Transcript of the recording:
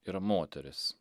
ir moteris